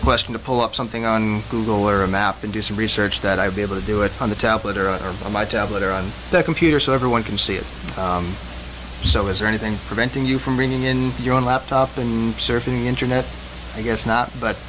a question to pull up something on google or a map and do some research that i would be able to do it on the tablet or on my tablet or on the computer so everyone can see it so is there anything preventing you from bringing in your own laptop and surfing the internet i guess not but